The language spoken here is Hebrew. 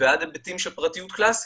ועד היבטים של פרטיות קלאסית.